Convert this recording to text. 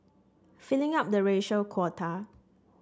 filling up the racial quota